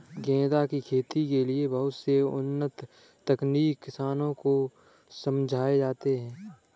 गेंदा की खेती के लिए बहुत से उन्नत तकनीक किसानों को समझाए जाते हैं